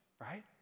right